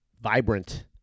vibrant